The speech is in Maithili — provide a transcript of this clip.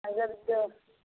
अगर जौ